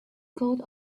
got